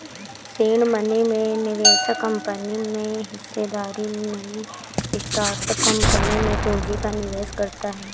seed money में निवेशक company में हिस्सेदारी में स्टार्टअप कंपनी में पूंजी का निवेश करता है